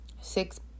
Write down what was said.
six